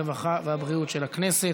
הרווחה והבריאות נתקבלה.